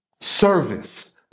service